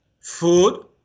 food